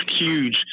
huge